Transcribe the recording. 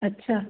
अच्छा